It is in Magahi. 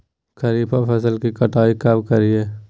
खरीफ फसल की कटाई कब करिये?